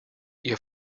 ihr